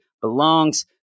belongs